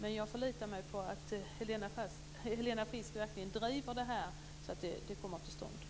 Men jag förlitar mig på att Helena Frisk verkligen driver på så att det här kommer till stånd.